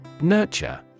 Nurture